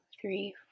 three